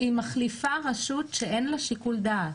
היא מחליפה רשות שאין לה שיקול דעת.